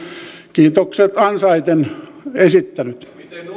kiitokset ansaiten esittänyt